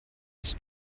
ist